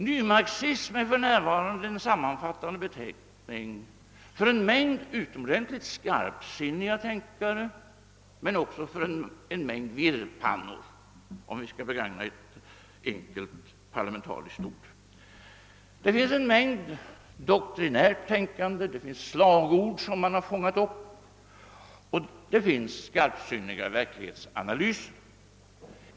Nymarxism är för närvarande en sammanfattande beteckning på de uppfattningar som företräds av en mängd utomordentligt skarpsinniga tänkare, men också av en mängd virrpannor — för att begagna ett enkelt parlamentariskt ord. Det förekommer mycket doktrinärt tänkande, det finns slagord som man fångat upp och det finns skarpsinniga verklighetsanalyser.